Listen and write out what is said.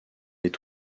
est